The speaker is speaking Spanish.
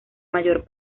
mayor